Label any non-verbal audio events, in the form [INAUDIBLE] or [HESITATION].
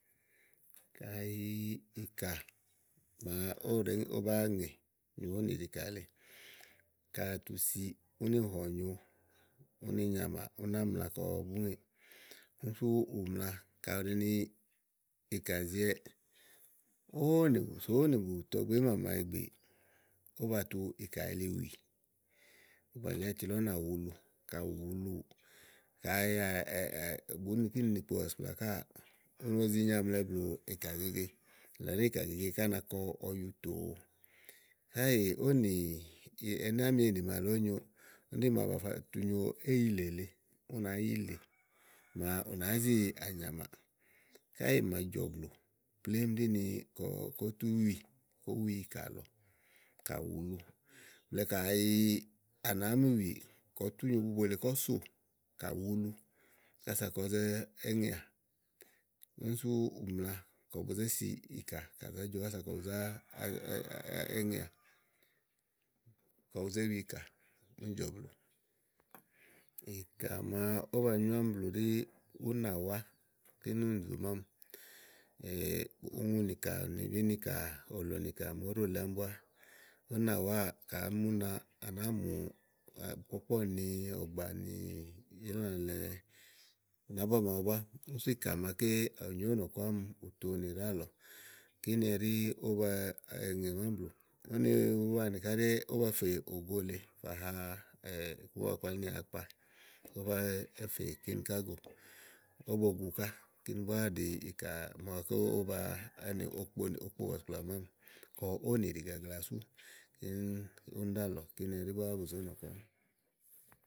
Kayi ìkà màa ówo ɖèe nyréwu ówó báa ŋè nyo ówò nìɖì kà lèe kayi à tusi úni hɔ̀nyo úni nyàmà, ú ná mla kɔ bú ŋèè, úni sú ù mla kayi ù ɖi ni ìkà zìiwɛ, ówo ówò nì sò ówò nì bùtɔgbe ímàma ìgbè, ówó ba tu ìkà yili wì ówó bàlí áyiti lɔ ú nà wulu kayi ù wulu kayi bùú ni kínì nì kpo bɔ̀sìkplà káà u ne zì nyaàmlɛ blù ìkàgege nìlɔ ɖí ìkàgege ká na kɔ ɔyu tòo káèè ówò nì ɛnɛ́ àámi ènì màa lèe ówo nyo úni ɖí màa ówó ba tu fo nyo éyìlè lèe ú nàá yìlè màa ù nàáá zi ànyàmàà káèè màa jɔ̀ blú plémú ɖí ni kɔ kó tú wì, kó wi ìkà lɔ kà wulu blɛ̀ɛ kayi à nàáá mi wìì kɔ tú nyo bubo lèe kɔ sò kà wulu kása kɔ zé èŋeà kínì sú ù mla kɔ bu zési ìkà kàzá jɔ kása kɔ bu zá [HESITATION] èŋèà kɔ bu zé wi ìkà úni jɔ blù kele àni màa ówó ba nyu ámi blù ɖí únàwá kíni únì zòo mámi [HESITATION] úŋùnì kà ùnibì nìkà òlò nìkà màa óɖò lèe ámi búá únàwáà ka àá mi úna, á náa mù àkpɔ̀kpɔ́ɔ̀ni, ɔ̀gbànì, ílàlɛ nàábua màawu búá sú ìkà màaké ò nyo ówó nɔ̀ku ámi ùtòinì ɖálɔɔ kíni ɛɖí ówó be ŋè mámi blù úni úwaanì ká ɖíni ówó be fè ògo lèe sa ha akpa ówó be èfe kíni ká gò ówó bo gu ká kíni búá ɖìi ìkà màaké ówó be nì okpo bɔ̀sìkplà mámi kɔ ówò nìɖìgagla sú úni ɖálɔ̀ɔ kíní búá bù zo ówò nɔ̀ku ami.